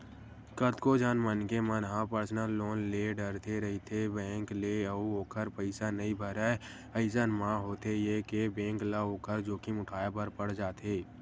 कतको झन मनखे मन ह पर्सनल लोन ले डरथे रहिथे बेंक ले अउ ओखर पइसा नइ भरय अइसन म होथे ये के बेंक ल ओखर जोखिम उठाय बर पड़ जाथे